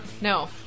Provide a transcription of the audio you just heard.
No